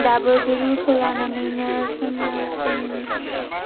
दाबो बे रुलखौ लानानैनो जोङो जोंनि